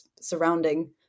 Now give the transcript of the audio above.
surrounding